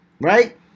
right